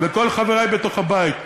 וכל חברי בתוך הבית אומר: